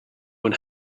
and